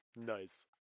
nice